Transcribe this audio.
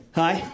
hi